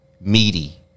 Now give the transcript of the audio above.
meaty